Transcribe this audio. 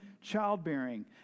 childbearing